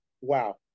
Wow